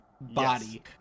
body